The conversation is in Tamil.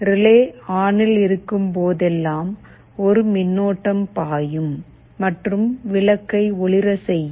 ரிலே ஆனில் இருக்கும்போதெல்லாம் ஒரு மின்னோட்டம் பாயும் மற்றும் விளக்கை ஒளிர செய்யும்